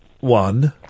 one